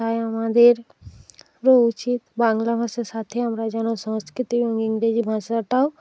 তাই আমাদের ও উচিত বাংলা ভাষার সাথে আমরা যেন সংস্কৃতে ও ইংরেজি ভাষাটাও